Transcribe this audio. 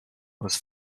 was